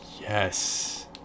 yes